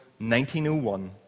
1901